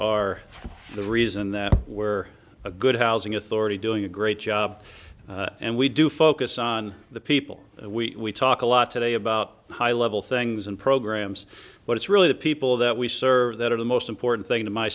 are the reason that where a good housing authority doing a great job and we do focus on the people we talk a lot today about high level things and programs but it's really the people that we serve that are the most important thing to my